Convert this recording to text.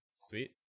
sweet